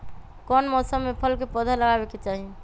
कौन मौसम में फल के पौधा लगाबे के चाहि?